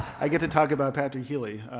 i get to talk about patrick healey,